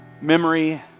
Memory